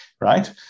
right